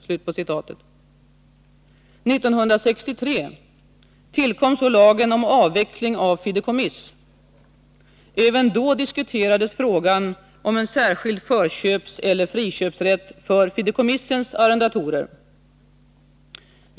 År 1963 tillkom så lagen om avveckling av fideikommiss. Även då diskuterades frågan om en särskild förköpseller friköpsrätt för fideikommissens arrendatorer.